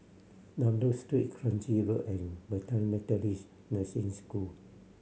Dunlop Street Kranji Road and Bethany Methodist Nursing School